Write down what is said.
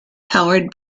powered